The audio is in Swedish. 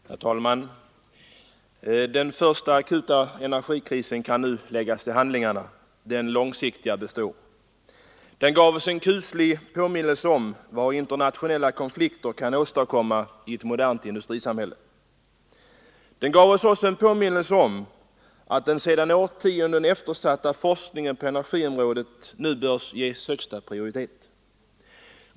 Herr talman! Den första akuta energikrisen kan nu läggas till handlingarna, men den långsiktiga krisen består. Den akuta krisen gav oss en kuslig påminnelse om vad internationella konflikter kan åstadkomma i ett modernt industrisamhälle. Den gav oss också en påminnelse om att den sedan årtionden eftersatta forskningen på energiområdet nu bör ges högsta prioritet.